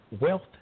wealth